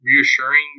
reassuring